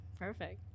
perfect